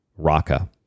Raqqa